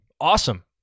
Awesome